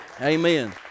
Amen